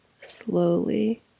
slowly